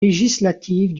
législatives